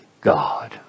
God